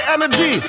Energy